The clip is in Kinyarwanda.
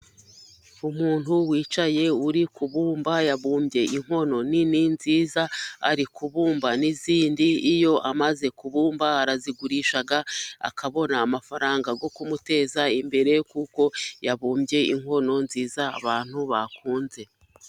Umuntu wicaye uri kubumba, yabumbye inkono nini nziza ari kubumba n'izindi. Iyo amaze kubumba, arazigurisha akabona amafaranga yo kumuteza imbere, kuko yabumbye inkono nziza abantu bakunze.